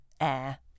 air